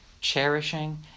cherishing